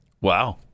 Wow